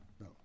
no